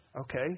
okay